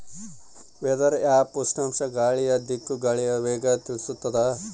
weather app ಉಷ್ಣಾಂಶ ಗಾಳಿಯ ದಿಕ್ಕು ಗಾಳಿಯ ವೇಗ ತಿಳಿಸುತಾದ